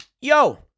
Yo